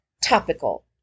topical